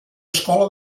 escola